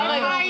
בעצם